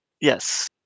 Yes